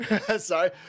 Sorry